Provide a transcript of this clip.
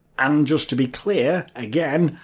and just to be clear again,